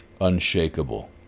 unshakable